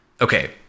okay